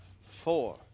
four